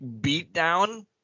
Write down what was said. beatdown